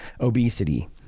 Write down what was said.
obesity